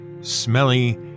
smelly